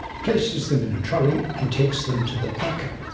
places them in a trolley and takes them to the packer,